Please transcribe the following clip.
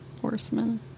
horsemen